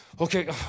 Okay